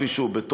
כפי שהוא בתוקף,